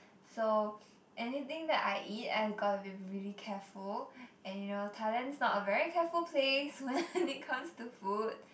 so anything that I eat I got to be really careful and you know Thailand's not a very careful place when it comes to food